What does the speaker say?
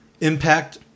impact